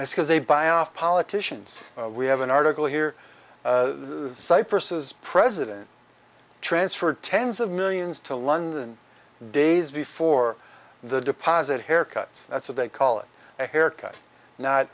place because they buy off politicians we have an article here cyprus's president transferred tens of millions to london days before the deposit haircuts that's a they call it a haircut not